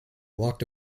walked